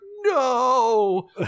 No